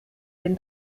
den